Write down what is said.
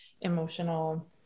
emotional